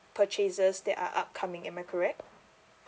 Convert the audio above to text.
purchases that are upcoming am I correct